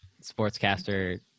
sportscaster